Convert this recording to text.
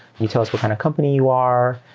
you tell us what kind of company you are.